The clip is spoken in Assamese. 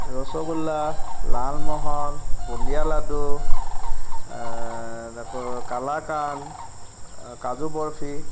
ৰচগোল্লা লালমোহন বুন্দিয়া লাডু আকৌ কালাকান কাজু বৰফি